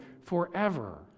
forever